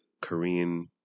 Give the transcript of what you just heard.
Korean